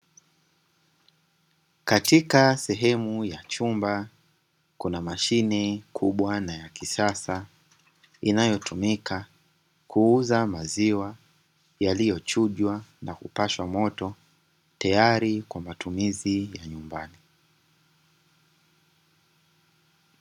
Katika sehemu ya chumba kuna mashine kubwa na ya kisasa, inayotumika kuuza maziwa yaliyochujwa na kupashwa moto tayari kwa matumizi ya nyumbani.